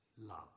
love